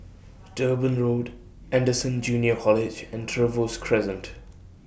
Durban Road Anderson Junior College and Trevose Crescent